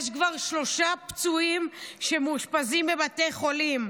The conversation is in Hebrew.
כבר שלושה פצועים שמאושפזים בבתי חולים?